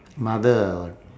mother